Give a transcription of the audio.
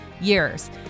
years